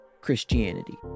christianity